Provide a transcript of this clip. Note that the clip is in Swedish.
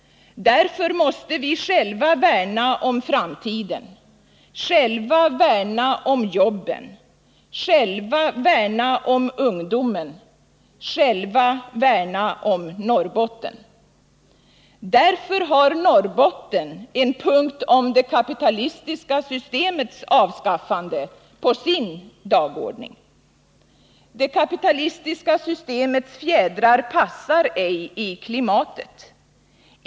Därför måste vi själva värna om framtiden. Själva värna om jobben. Själva värna om ungdomen. Själva värna om Norrbotten. Därför har Norrbotten en punkt om det kapitalistiska systemets avskaffande passar ej i klimatet.